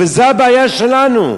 וזה הבעיה שלנו.